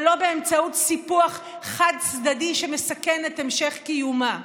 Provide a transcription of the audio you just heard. ולא באמצעות סיפוח חד-צדדי שמסכן את המשך קיומה.